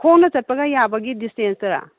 ꯈꯣꯡꯅ ꯆꯠꯄꯒ ꯌꯥꯕꯒꯤ ꯗꯤꯁꯇꯦꯟꯁ ꯇꯔꯥ